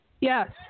Yes